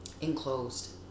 enclosed